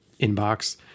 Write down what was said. inbox